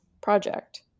project